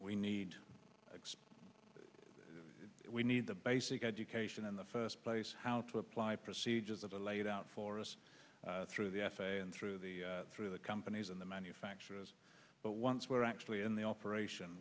we need we need the basic education in the first place how to apply procedures that are laid out for us through the f a a and through the through the companies and the manufacturers but once we're actually in the operation